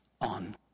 on